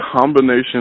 combination